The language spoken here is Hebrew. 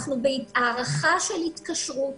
אנחנו בהארכה של התקשרות